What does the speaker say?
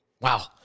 Wow